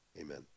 Amen